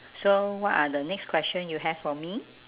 so what are the next question you have for me